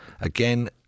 again